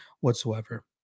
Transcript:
whatsoever